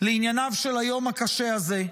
לענייניו של היום הקשה הזה.